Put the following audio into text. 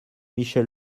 michel